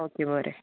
okay बरें